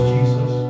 Jesus